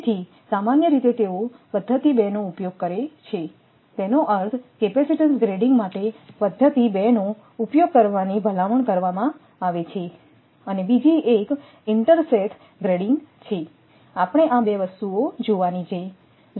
તેથી સામાન્ય રીતે તેઓ પદ્ધતિ 2નો ઉપયોગ કરે છે તેનો અર્થ કેપેસિટેન્સ ગ્રેડિંગ માટે પદ્ધતિ 2નો ઉપયોગ કરવાની ભલામણ કરવામાં આવે છે અને બીજી એક ઇન્ટરસેથ ગ્રેડિંગ છે આપણે આ 2 વસ્તુઓ જોવાની છે